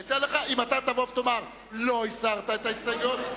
אם אתה תבוא ותאמר שלא הסרת את ההסתייגויות,